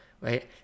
right